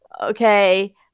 Okay